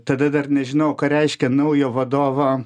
tada dar nežinojau ką reiškia naujo vadovo